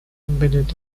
embedded